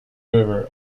river